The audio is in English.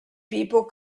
people